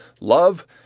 love